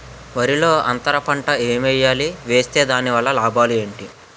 వరిలో అంతర పంట ఎం వేయాలి? వేస్తే దాని వల్ల లాభాలు ఏంటి?